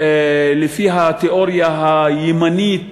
לפי התיאוריה הימנית,